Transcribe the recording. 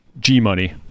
G-money